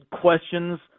Questions